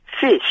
Fish